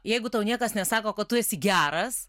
jeigu tau niekas nesako kad tu esi geras